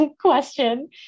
question